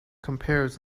compares